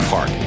Park